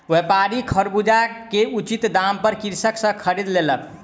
व्यापारी खरबूजा के उचित दाम पर कृषक सॅ खरीद लेलक